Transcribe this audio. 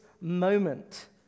moment